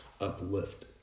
uplift